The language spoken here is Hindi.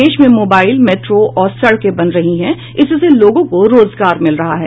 देश में मोबाईल मेट्रो और सड़कें बन रही हैं इससे लोगों को रोजगार मिल रहा है